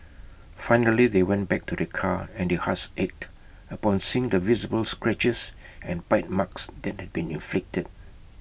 finally they went back to their car and their hearts ached upon seeing the visible scratches and bite marks that had been inflicted